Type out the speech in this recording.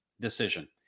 decision